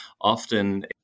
often